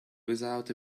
without